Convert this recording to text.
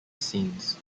scenes